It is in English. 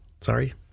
sorry